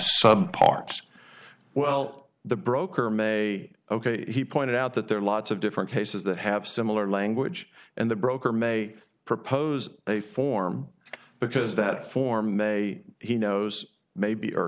some parts well the broker may ok he pointed out that there are lots of different cases that have similar language and the broker may propose a form because that form may he knows maybe